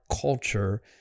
culture